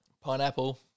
Pineapple